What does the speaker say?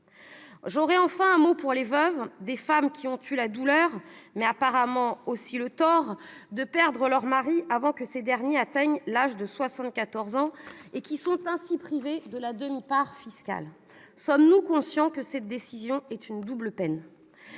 j'aurai un mot pour les veuves, des femmes qui ont eu la douleur, mais apparemment aussi le tort de perdre leur mari avant que ce dernier atteigne l'âge de 74 ans, puisqu'elles sont privées de la demi-part fiscale ... Sommes-nous conscients que cette décision est une double peine ?